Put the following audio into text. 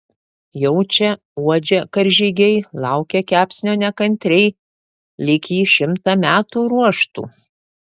jaučia uodžia karžygiai laukia kepsnio nekantriai lyg jį šimtą metų ruoštų